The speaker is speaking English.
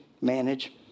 manage